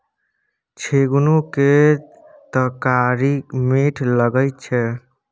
झिगुनी केर तरकारी मीठ लगई छै